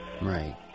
Right